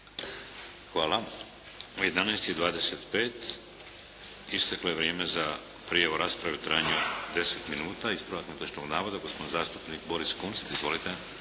Hvala. U 11,25 isteklo je vrijeme za prijavu za raspravu u trajanju od 10 minuta. Ispravak netočnog navoda, gospodin zastupnik Boris Kunst. Izvolite.